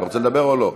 אתה רוצה לדבר או לא?